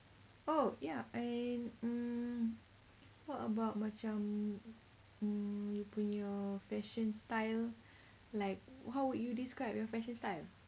oh ya I mm what about macam mm ni punya fashion style like how would you describe your fashion style